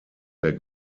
der